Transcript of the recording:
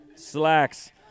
slacks